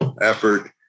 effort